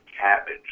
cabbage